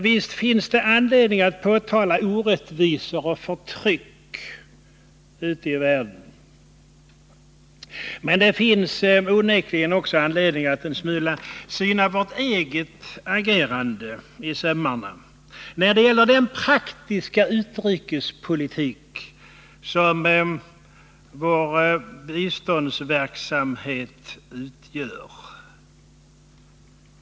Visst finns det anledning att påtala orättvisor och förtryck ute i världen. Men det finns onekligen också anledning att en smula syna vårt eget agerande när det gäller den praktiska utrikespolitik som vår biståndsverksamhet utgör.